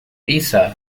pizza